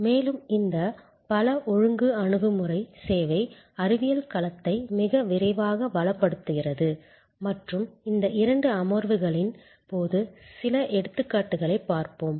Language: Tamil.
மேலும் இந்த பல ஒழுங்கு அணுகுமுறை சேவை அறிவியல் களத்தை மிக விரைவாக வளப்படுத்துகிறது மற்றும் இந்த இரண்டு அமர்வுகளின் போது சில எடுத்துக்காட்டுகளைப் பார்ப்போம்